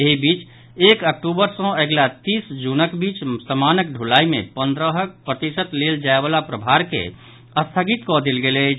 एहि बीच एक अक्टूबर सॅ अगिला तीन जूनक बीच समानक ढुलाई मे पंद्रहक प्रतिशत लेल जायवला प्रभार के स्थगित कऽ देल गेल अछि